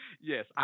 Yes